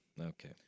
Okay